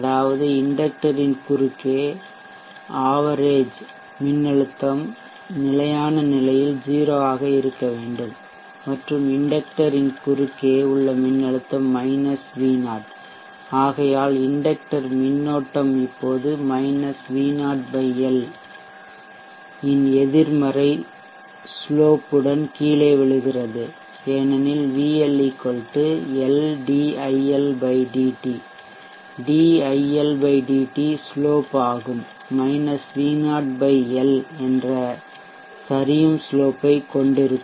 அதாவது இண்டெக்ட்டரின் குறுக்கே ஆவரேஜ்சராசரி மின்னழுத்தம் நிலையான நிலையில் 0 ஆக இருக்க வேண்டும் மற்றும் இண்டெக்ட்டரின் குறுக்கே உள்ள மின்னழுத்தம் V0ஆகையால் இண்டெக்டர் மின்னோட்டம் இப்போது V0 L இன் எதிர்மறை ஸ்லோப் உடன் சாய்வுடன் கீழே விழுகிறது ஏனெனில் VL LdIL dt dIL dt slope சாய்வு V0 L என்ற சரியும் ஸ்லோப் ஐக் கொண்டிருக்கும்